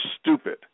stupid